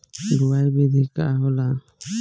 बुआई विधि का होला?